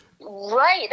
Right